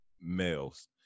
males